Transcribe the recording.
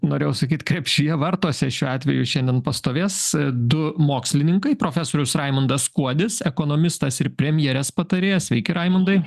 norėjau sakyt krepšyje vartuose šiuo atveju šiandien pastovės du mokslininkai profesorius raimundas kuodis ekonomistas ir premjerės patarėjas sveiki raimundai